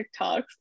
TikToks